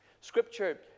Scripture